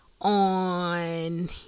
on